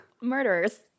murderers